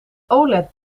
oled